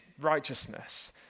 righteousness